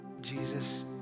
Jesus